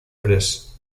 press